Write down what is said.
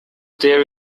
there